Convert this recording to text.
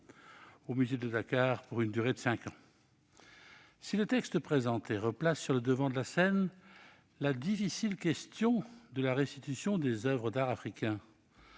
au musée de Dakar pour une durée de cinq ans. Si le texte présenté replace sur le devant de la scène la difficile question de la restitution des oeuvres d'art africain,